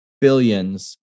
billions